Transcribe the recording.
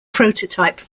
prototype